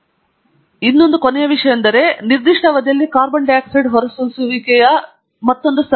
ನಾನು ನಿಮಗೆ ತೋರಿಸಲು ಬಯಸುವ ಕೊನೆಯ ವಿಷಯವೆಂದರೆ ಒಂದು ನಿರ್ದಿಷ್ಟ ಅವಧಿಯಲ್ಲಿ ಕಾರ್ಬನ್ ಡೈಆಕ್ಸೈಡ್ ಹೊರಸೂಸುವಿಕೆಯ ಮತ್ತೊಂದು ಸರಣಿಯಾಗಿದೆ